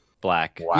black